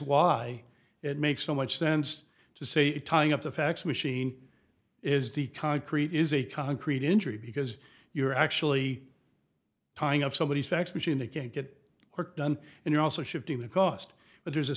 why it makes so much sense to say tying up a fax machine is the concrete is a concrete injury because you're actually tying up somebody's fax machine they can't get work done and you're also shifting the cost but there's a